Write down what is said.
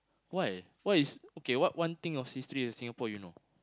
why what is okay what one thing of history of Singapore you know